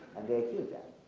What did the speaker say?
and they achieved that.